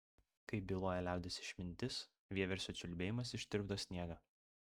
kaip byloja liaudies išmintis vieversio čiulbėjimas ištirpdo sniegą